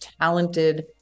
talented